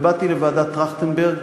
באתי לוועדת טרכטנברג